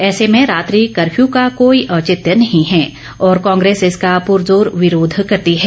ऐसे में रात्रि कर्फ्यू का कोई औचित्य नहीं है और कांग्रेस इसका पुरजोर विरोध करती है